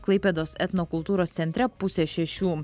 klaipėdos etnokultūros centre pusę šešių